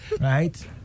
right